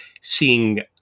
seeing